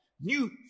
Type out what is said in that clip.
New